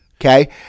Okay